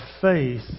faith